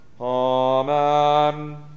Amen